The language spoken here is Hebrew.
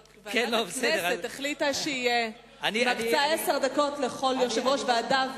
רק שוועדת הכנסת החליטה שהיא מקצה עשר דקות לכל יושב-ראש ועדה.